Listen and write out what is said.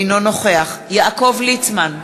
אינו נוכח יעקב ליצמן,